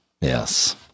yes